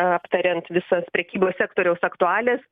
aptariant visas prekybos sektoriaus aktualijas